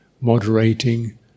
moderating